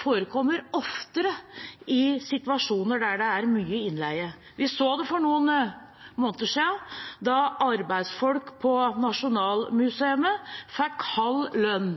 forekommer oftere i situasjoner der det er mye innleie. Vi så det for noen måneder siden, da arbeidsfolk på Nasjonalmuseet fikk halv lønn.